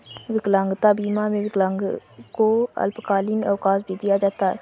विकलांगता बीमा में विकलांगों को अल्पकालिक अवकाश भी दिया जाता है